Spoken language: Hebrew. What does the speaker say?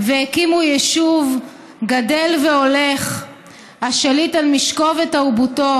והקימו יישוב גדל והולך השליט על משקו ותרבותו,